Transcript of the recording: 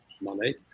money